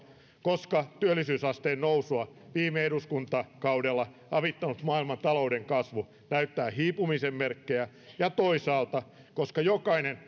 koska työllisyysasteen nousua viime eduskuntakaudella avittanut maailmantalouden kasvu näyttää hiipumisen merkkejä ja toisaalta koska jokainen